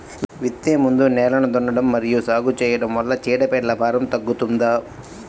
విత్తే ముందు నేలను దున్నడం మరియు సాగు చేయడం వల్ల చీడపీడల భారం తగ్గుతుందా?